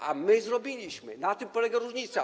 A my zrobiliśmy, na tym polega różnica.